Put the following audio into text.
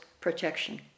protection